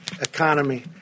economy